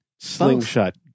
Slingshot